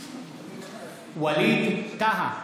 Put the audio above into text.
מתחייבת אני ווליד טאהא,